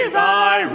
thy